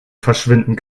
verschwinden